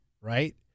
right